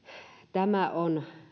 tämä on